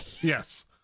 Yes